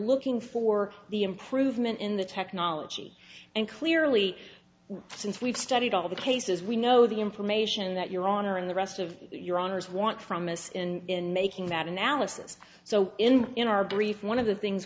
looking for the improvement in the technology and clearly since we've studied all the cases we know the information that your honor and the rest of your honor's want from this and making that analysis so in our brief one of the things